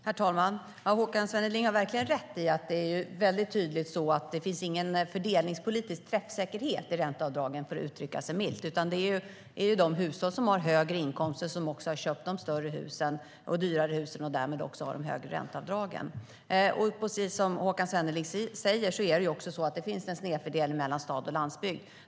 Herr talman! Håkan Svenneling har verkligen rätt i att det är tydligt att det inte finns någon fördelningspolitisk träffsäkerhet i ränteavdragen, för att uttrycka sig milt. Det är de hushåll som har högre inkomster som också har köpt de större och dyrare husen och därmed har de högre ränteavdragen. Precis som Håkan Svenneling säger finns det en snedfördelning mellan stad och landsbygd.